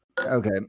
Okay